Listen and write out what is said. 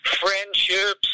friendships